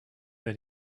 that